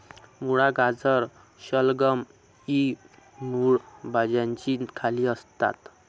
मुळा, गाजर, शलगम इ मूळ भाज्यांच्या खाली येतात